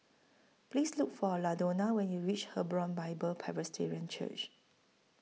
Please Look For Ladonna when YOU REACH Hebron Bible Presbyterian Church